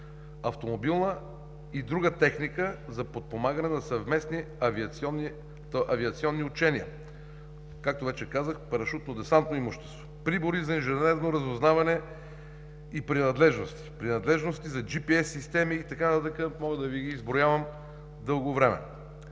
автомобилна и друга техника за подпомагане на съвместни авиационни учения. Както вече казах, парашутно-десантно имущество, прибори за инженерно разузнаване и принадлежности, принадлежности за GPS системи и така нататък – мога да Ви ги изброявам дълго време.